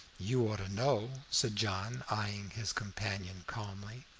you ought to know, said john, eyeing his companion calmly.